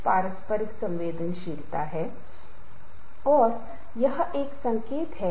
इसी तरह हमारे पेशेवर जीवन में भी ऐसा होता है कि हम प्रत्यक्ष या अप्रत्यक्ष रूप से मजबूर होते हैं